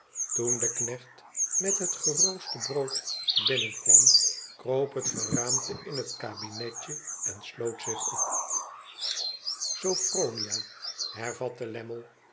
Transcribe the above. toen de knecht met het gerooste brood binnenkwam kroop het geraamte in het kabinetje en sloot zich op sophronia hervatte